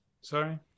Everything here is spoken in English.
Sorry